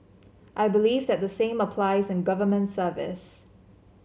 I believe that the same applies in government service